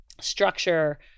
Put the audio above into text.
structure